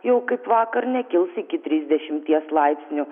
jau kaip vakar nekils iki trisdešimties laipsnių